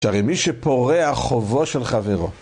שהרי מי שפורע חובו של חברו.